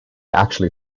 actually